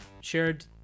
shared